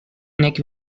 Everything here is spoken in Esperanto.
nek